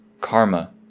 Karma